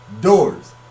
doors